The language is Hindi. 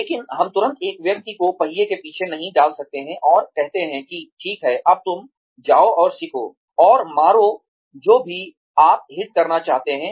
लेकिन हम तुरंत एक व्यक्ति को पहिया के पीछे नहीं डाल सकते हैं और कहते हैं कि ठीक है अब तुम जाओ और सीखो और मारो जो भी आप हिट करना चाहते हैं